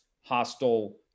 hostile